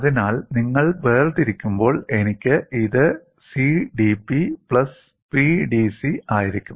അതിനാൽ നിങ്ങൾ വേർതിരിക്കുമ്പോൾ എനിക്ക് ഇത് CdP PdC ആയിരിക്കും